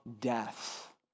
death